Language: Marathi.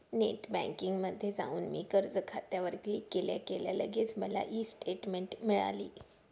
नेट बँकिंगमध्ये जाऊन मी कर्ज खात्यावर क्लिक केल्या केल्या लगेच मला ई स्टेटमेंट मिळाली